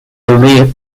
leaf